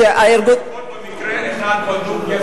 לפחות במקרה אחד בדוק,